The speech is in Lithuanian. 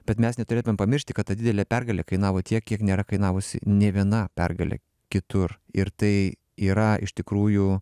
bet mes neturėtumėm pamiršti kad ta didelė pergalė kainavo tiek kiek nėra kainavusi nė viena pergalė kitur ir tai yra iš tikrųjų